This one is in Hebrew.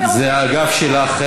זה האגף שלך.